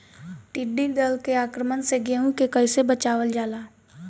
टिडी दल के आक्रमण से गेहूँ के कइसे बचावल जाला?